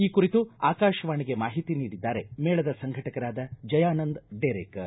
ಈ ಕುರಿತು ಆಕಾಶವಾಣಿಗೆ ಮಾಹಿತಿ ನೀಡಿದ್ದಾರೆ ಮೇಳದ ಸಂಘಟಕರಾದ ಜಯಾನಂದ ಡೇರೇಕರ